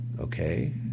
Okay